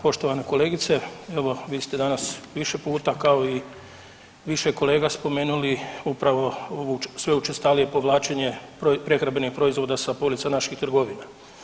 Poštovana kolegice evo vi ste danas više puta, kao i više kolega spomenuli upravo sve učestalije povlačenje prehrambenih proizvoda sa polica naših trgovina.